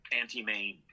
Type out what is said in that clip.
anti-main